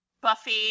Buffy